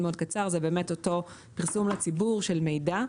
מאוד קצר הוא באמת אותו פרסום לציבור של מידע.